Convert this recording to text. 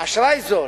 אשראי זול.